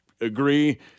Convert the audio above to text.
agree